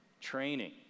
training